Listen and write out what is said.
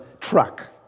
truck